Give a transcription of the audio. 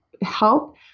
help